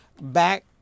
back